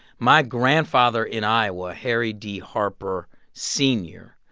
my grandfather in iowa, harry d harper sr,